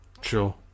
Sure